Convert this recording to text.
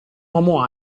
uomo